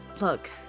Look